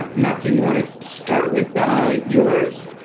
ah matthew you want to start with ah yours,